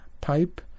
pipe